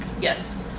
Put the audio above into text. Yes